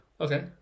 Okay